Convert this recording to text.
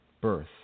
birth